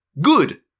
Good